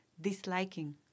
disliking